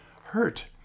hurt